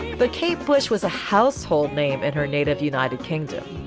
but kate bush was a household name in her native united kingdom.